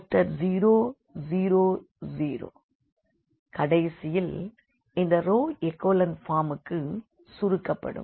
b0 0 0 கடைசியில் இந்த row echelon பார்முக்கு சுருக்கப்படும்